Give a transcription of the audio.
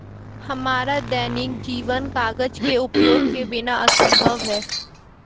हमारा दैनिक जीवन कागज के उपयोग के बिना असंभव है